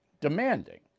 demanding